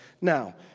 Now